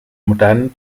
modernen